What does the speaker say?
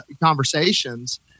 conversations